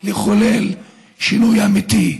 לחולל שינוי אמיתי.